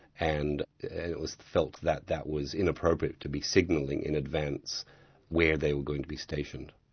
and it was felt that that was inappropriate to be signalling in advance where they were going to be stationed.